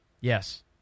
Yes